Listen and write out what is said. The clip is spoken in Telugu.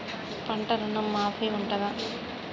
పంట ఋణం మాఫీ ఉంటదా?